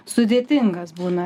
sudėtingas būna